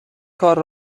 کار